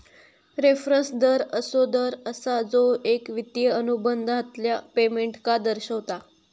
reference दर असो दर असा जो एक वित्तिय अनुबंधातल्या पेमेंटका दर्शवता